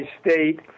state